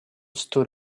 stood